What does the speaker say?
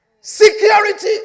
Security